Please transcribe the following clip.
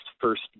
first